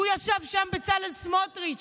הוא ישב שם, בצלאל סמוטריץ'.